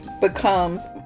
becomes